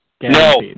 No